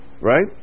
Right